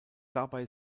dabei